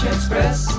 Express